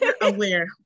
aware